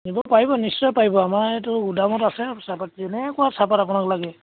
নিব পাৰিব নিশ্চয় পাৰিব আমাৰ এইটো গুদামত আছে চাহপাত যেনেকুৱা চাহপাত আপোনাক লাগে